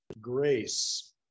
grace